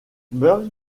burg